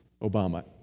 Obama